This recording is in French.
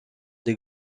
des